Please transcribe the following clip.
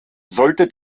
sollte